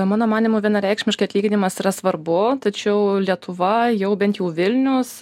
mano manymu vienareikšmiškai atlyginimas yra svarbu tačiau lietuva jau bent jau vilnius